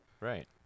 Right